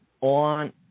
on